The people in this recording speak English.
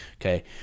Okay